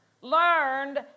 Learned